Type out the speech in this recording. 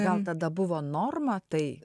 gal tada buvo norma tai